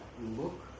look